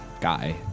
guy